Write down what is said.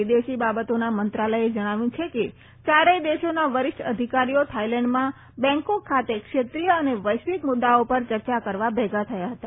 વિદેશી બાબતોના મંત્રાલયે જણાવ્યું છે કે ચારેય દેશોના વરિષ્ઠ અધિકારીઓ થાઈલેન્ડમાં બેંકોક ખાતે ક્ષેત્રીય અને વૈશ્વિક મુદ્દાઓ પર ચર્ચા કરવા ભેગા થયા હતા